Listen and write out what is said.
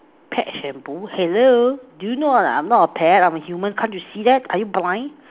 pet shampoo hello do you know I'm not a pet I'm a human can't you see that are you blind